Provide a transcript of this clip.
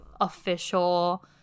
official